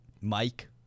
Mike